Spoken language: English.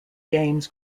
games